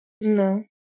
No